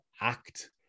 act